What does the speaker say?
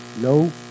No